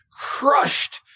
crushed